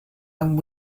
and